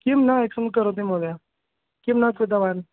किं न एक्शेन् करोति महोदय किं न कृतवान्